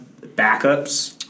backups